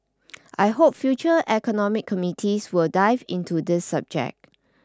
I hope future economic committees will dive into this subject